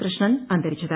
Krishnan അന്തുരിച്ചത്